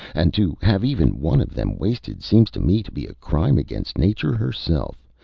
and to have even one of them wasted seems to me to be a crime against nature herself,